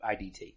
IDT